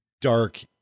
dark